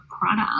product